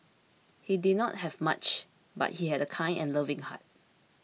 he did not have much but he had a kind and loving heart